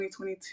2022